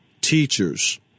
teachers